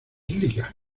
liga